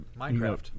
Minecraft